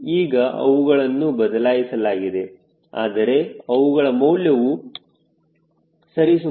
ಈಗ ಅವುಗಳನ್ನು ಬದಲಾಯಿಸಲಾಗಿದೆ ಆದರೆ ಅವುಗಳ ಮೌಲ್ಯವು ಸರಿಸುಮಾರು 1